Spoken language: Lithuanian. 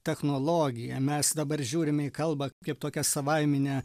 technologija mes dabar žiūrime į kalbą kaip tokią savaiminę